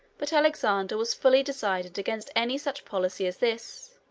but alexander was fully decided against any such policy as this.